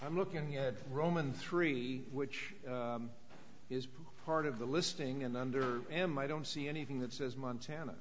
i'm looking at roman three which is part of the listing and under him i don't see anything that says montana